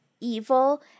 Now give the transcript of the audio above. evil